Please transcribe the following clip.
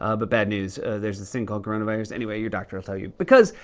ah but bad news there's this thing called coronavirus. anyway, your doctor will tell you. because,